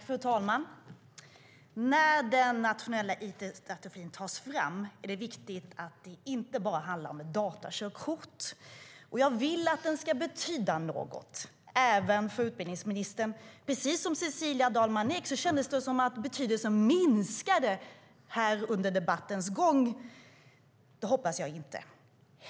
Fru talman! När den nationella it-strategin tas fram är det viktigt att den inte bara kommer att handla om datakörkort. Jag vill att den ska betyda något, även för utbildningsministern. Precis som Cecilia Dalman Eek sade kändes det som att betydelsen minskade under debattens gång. Det hoppas jag inte är fallet.